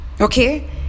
okay